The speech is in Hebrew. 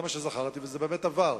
זה מה שזכרתי, וזה באמת עבר.